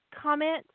comment